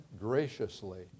graciously